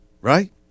Right